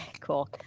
cool